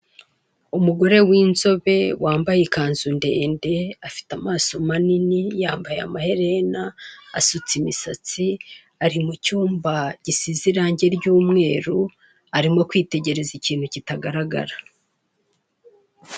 umugore winzobe wambaye ikanzu ndende afite amaso manini yambaye amaherena ari mucyuma asutse imisatsi ari mu cyumba gisize irange ry'umweru arimo kwitegereza ikintu kitagaragara.